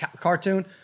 cartoon